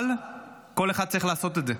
אבל כל אחד צריך לעשות את זה.